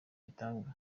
bitanga